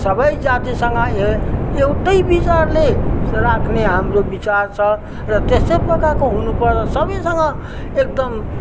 सबै जातिसँग एउ एउटै विचारले राख्ने हाम्रो विचार छ र त्यसै प्रकारको हुनुपऱ्यो सबैसँग एकदम